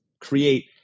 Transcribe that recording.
create